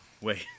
Wait